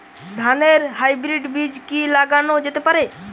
ধানের হাইব্রীড বীজ কি লাগানো যেতে পারে?